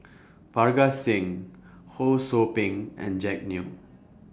Parga Singh Ho SOU Ping and Jack Neo